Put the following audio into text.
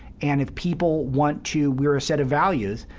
and if people want to we're a set of values,